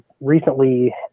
recently